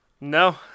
No